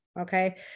Okay